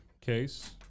case